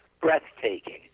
breathtaking